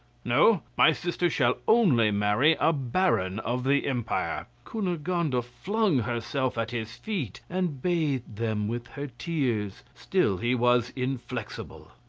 no my sister shall only marry a baron of the empire. cunegonde ah flung herself at his feet, and bathed them with her tears still he was inflexible.